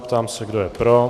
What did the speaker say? Ptám se, kdo je pro.